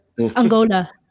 Angola